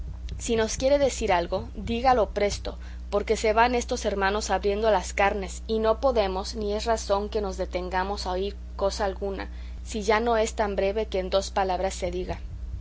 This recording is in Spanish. si nos quiere decir algo dígalo presto porque se van estos hermanos abriendo las carnes y no podemos ni es razón que nos detengamos a oír cosa alguna si ya no es tan breve que en dos palabras se diga